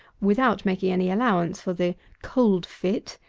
without making any allowance for the cold fit,